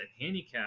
handicap